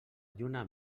lluna